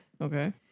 okay